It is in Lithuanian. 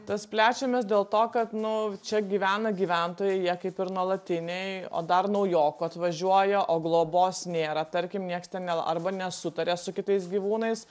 tas plečiamės dėl to kad nu čia gyvena gyventojai jie kaip ir nuolatiniai o dar naujokų atvažiuoja o globos nėra tarkim nieks ten ne arba nesutaria su kitais gyvūnais